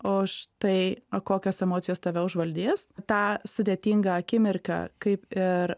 o štai kokios emocijos tave užvaldys tą sudėtingą akimirką kaip ir